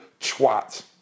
twat